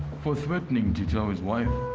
for threatening to tell his wife.